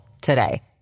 today